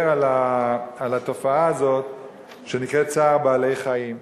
על התופעה הזאת שנקראת צער בעלי-חיים.